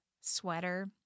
sweater